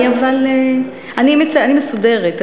אני מסודרת.